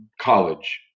college